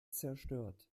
zerstört